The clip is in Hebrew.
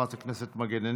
חברת הכנסת מגן,